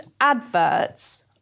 adverts